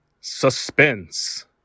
Suspense